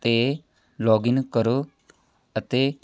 'ਤੇ ਲੌਗਇਨ ਕਰੋ ਅਤੇ